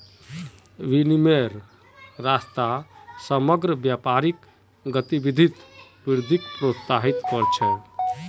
विनिमयेर रास्ता समग्र व्यापारिक गतिविधित वृद्धिक प्रोत्साहित कर छे